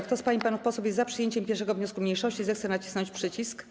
Kto z pań i panów posłów jest za przyjęciem 1. wniosku mniejszości, zechce nacisnąć przycisk.